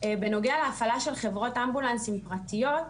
בנוגע להפעלה של חברות אמבולנסים פרטיות,